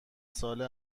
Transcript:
ساله